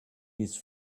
his